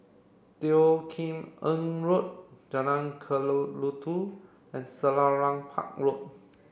Teo Kim Eng Road Jalan Kelulut and Selarang Park Road